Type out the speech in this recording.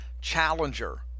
challenger